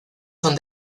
son